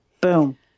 Boom